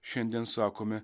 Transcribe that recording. šiandien sakome